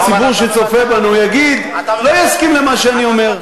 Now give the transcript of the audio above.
הציבור שצופה בנו לא יסכים למה שאני אומר.